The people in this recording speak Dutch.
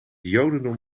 jodendom